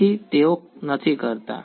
તેથી તેઓ નથી કરતા